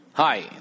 Hi